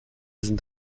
sind